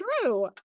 true